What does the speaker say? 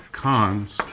cons